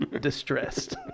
distressed